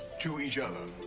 to each other.